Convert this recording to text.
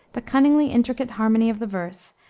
the cunningly intricate harmony of the verse,